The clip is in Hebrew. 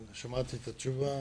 שמעתי את התשובה.